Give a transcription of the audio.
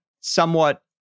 somewhat